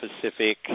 Pacific